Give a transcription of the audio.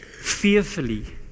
fearfully